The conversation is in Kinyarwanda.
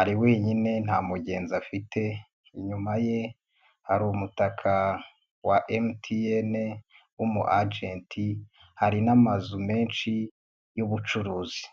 ari wenyine nta mugenzizi afite, inyuma ye hari umutaka wa MTN,w'umu agent, hari n'amazu menshi y'ubucuruzi.